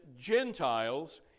Gentiles